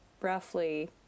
roughly